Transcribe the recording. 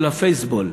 של הפייסבול,